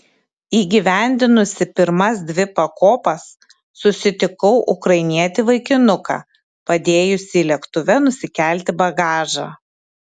įgyvendinusi pirmas dvi pakopas susitikau ukrainietį vaikinuką padėjusį lėktuve nusikelti bagažą